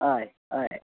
हय हय